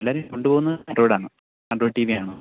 എല്ലാവരും കൊണ്ടുപോവുന്നത് ആൻഡ്രോയിഡാണ് ആൻഡ്രോയിഡ് ടി വിയാണോ